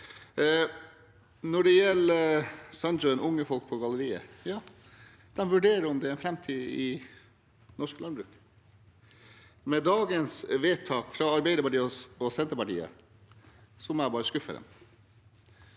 Sandtrøen sier om unge folk på galleriet: Ja, de vurderer om det er en framtid i norsk landbruk. Med dagens vedtak fra Arbeiderpartiet og Senterpartiet må jeg bare skuffe dem.